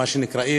מה שנקרא,